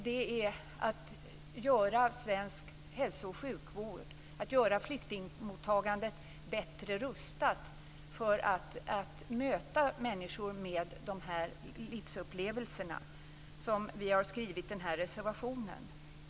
Det är att göra svensk hälso och sjukvård och flyktingmottagandet bättre rustat för att möta människor med de här livsupplevelserna som vi har skrivit den här reservationen.